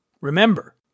Remember